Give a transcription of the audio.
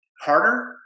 harder